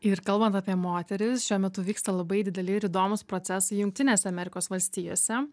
ir kalbant apie moteris šiuo metu vyksta labai dideli ir įdomūs procesai jungtinėse amerikos valstijose